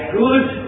good